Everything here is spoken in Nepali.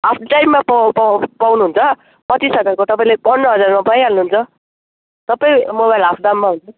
हाफ दाममा पाउ पाउनु हुन्छ पच्चिस हजारको तपाईँले पन्ध्र हजारमा पाइहाल्नु हुन्छ सबै मोबाइल हाफ दाममा हुन्छ